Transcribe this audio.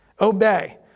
Obey